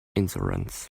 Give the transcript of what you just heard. insurance